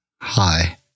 Hi